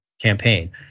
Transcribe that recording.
campaign